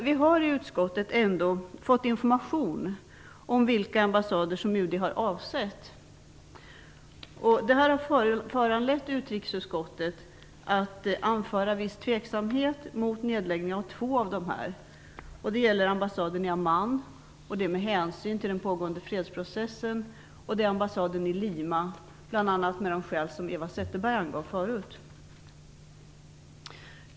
Vi har i utskottet ändå fått information om vilka ambassader UD har avsett. Det har föranlett utrikesutskottet att anföra viss tveksamhet mot nedläggningen av två av dessa. Det gäller ambassaden i Amman, med hänsyn till den pågående fredsprocessen, och ambassaden i Lima, bl.a. av de skäl Eva Zetterberg angav förut.